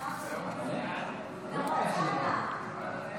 את הצעת חוק העונשין (תיקון מס' 151) (עונש